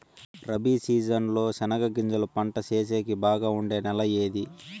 Rabi season లో చెనగగింజలు పంట సేసేకి బాగా ఉండే నెల ఏది?